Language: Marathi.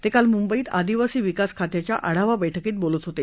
ते काल मुंबईत आदिवासी विकास खात्याच्या आढावा बैठकीत बोलत होते